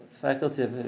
faculty